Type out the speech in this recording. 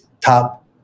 top